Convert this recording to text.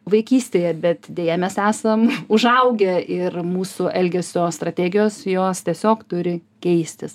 vaikystėje bet deja mes esam užaugę ir mūsų elgesio strategijos jos tiesiog turi keistis